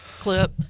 clip